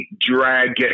dragon